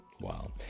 wow